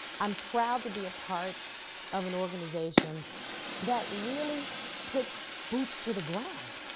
i'm proud to be a part of an organization that really puts boots to the ground.